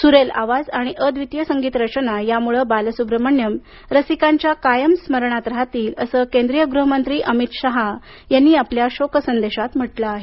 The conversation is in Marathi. सुरेल आवाज आणि अद्वितीय संगीत रचना यामुळे बालसुब्रमण्यम रसिकांच्या कायम स्मरणात राहतील असं केंद्रीय गृहमंत्री अमित शहा यांनी आपल्या शोकसंदेशात म्हटलं आहे